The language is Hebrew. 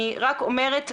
אני רק אומרת,